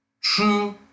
true